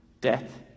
death